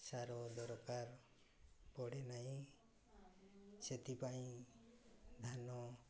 ସାର ଦରକାର ପଡ଼େ ନାହିଁ ସେଥିପାଇଁ ଧାନ